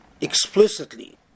explicitly